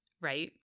right